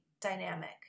dynamic